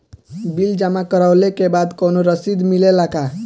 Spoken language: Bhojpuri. बिल जमा करवले के बाद कौनो रसिद मिले ला का?